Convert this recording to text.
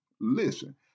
listen